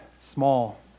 small